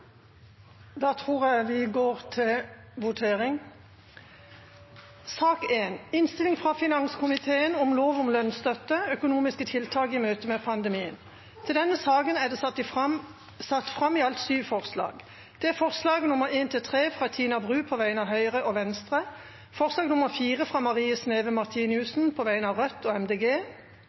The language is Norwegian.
da klar til å gå til votering. Under debatten er det satt fram i alt syv forslag. Det er forslagene nr. 1–3, fra Tina Bru på vegne av Høyre og Venstre forslag nr. 4, fra Marie Sneve Martinussen på vegne av Rødt og